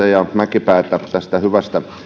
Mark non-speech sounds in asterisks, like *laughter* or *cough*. *unintelligible* ja mäkipää tästä hyvästä